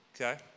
Okay